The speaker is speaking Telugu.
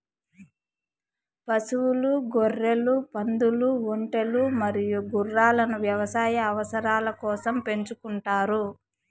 పశువులు, గొర్రెలు, పందులు, ఒంటెలు మరియు గుర్రాలను వ్యవసాయ అవసరాల కోసం పెంచుకుంటారు